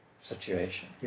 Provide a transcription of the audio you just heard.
situation